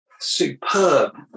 superb